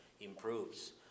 improves